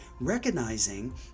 Recognizing